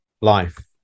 life